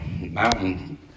mountain